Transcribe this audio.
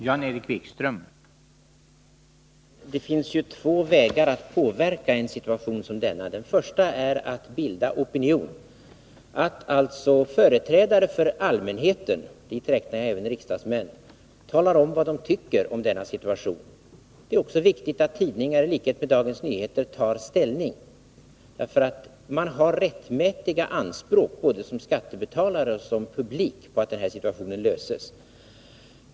Herr talman! Det finns två vägar att påverka en situation som denna. Den första är att bilda opinion, dvs. att företrädare för allmänheten — dit räknar jag även riksdagsmän — talar om vad de tycker om denna situation. Det är också viktigt att tidningarna i likhet med Dagens Nyheter tar ställning. Man har både som skattebetalare och som publik rättmätiga anspråk på att det här problemet skall lösas.